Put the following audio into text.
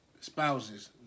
spouses